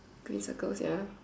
green circles ya